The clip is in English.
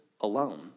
alone